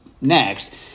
next